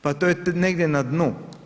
Pa to je negdje na dnu.